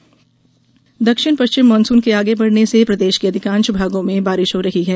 मौसम दक्षिण पश्चिम मानसून के आगे बढ़ने से प्रदेश के अधिकांश भागों में बारिश हो रही है